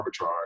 arbitrage